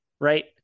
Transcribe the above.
right